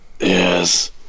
yes